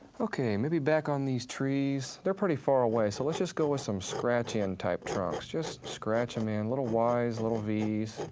okay, maybe back on these trees, they're pretty far away so let's just go with some scratch in type trunks. just scratch em in, little y's, little v's.